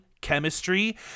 chemistry